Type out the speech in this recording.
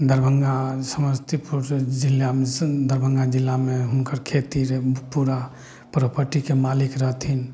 दरभंगा समस्तीपुर जिलामे दरभंगा जिलामे हुनकर खेती रहय पूरा प्रॉपर्टीके मालिक रहथिन